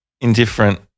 Indifferent